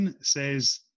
says